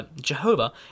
Jehovah